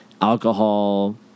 alcohol